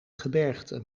gebergte